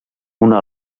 una